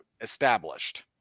established